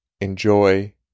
enjoy